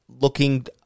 looking